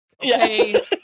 Okay